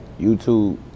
YouTube